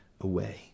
away